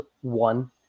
one